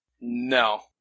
No